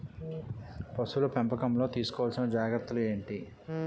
పశువుల పెంపకంలో తీసుకోవల్సిన జాగ్రత్త లు ఏంటి?